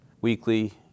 weekly